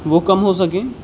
وہ کم ہو سکیں